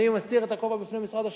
אני מסיר את הכובע בפני משרד השיכון,